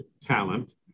talent